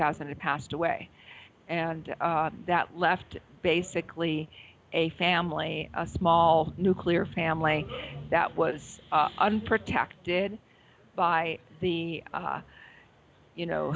thousand and passed away and that left basically a family a small nuclear family that was unprotected by the you know